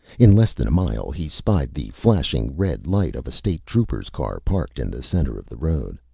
in less than a mile, he spied the flashing red light of a state trooper's car parked in the center of the road.